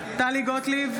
בעד טלי גוטליב,